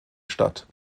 statt